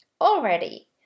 already